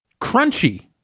crunchy